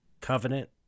Covenant